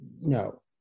no